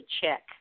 check